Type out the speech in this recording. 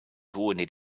wounded